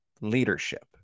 Leadership